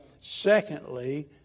Secondly